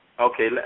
Okay